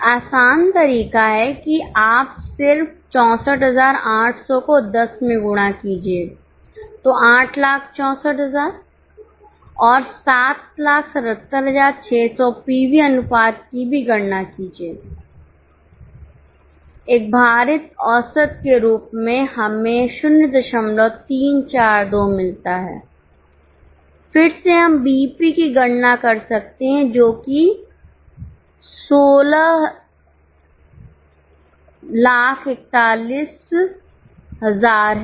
एक आसान तरीका है कि आप सिर्फ 64800 को 10 में गुणा कीजिए तो 864000 और 777600 पीवी अनुपात की भी गणना कीजिए एक भारित औसत के रूप में हमें 0342 मिलता है फिर से हम बीईपी की गणना कर सकते हैं जो कि 1641000 है